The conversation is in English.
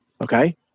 okay